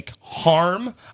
harm